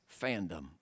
fandom